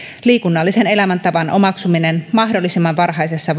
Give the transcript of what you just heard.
liikunnallisen elämäntavan omaksuminen mahdollisimman varhaisessa